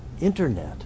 Internet